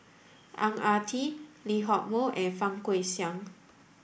Ang Ah Tee Lee Hock Moh and Fang Guixiang